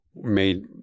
made